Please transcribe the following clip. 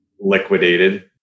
liquidated